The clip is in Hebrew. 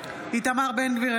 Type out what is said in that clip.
איתמר בן גביר,